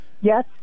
Yes